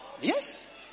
Yes